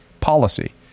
policy